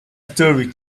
story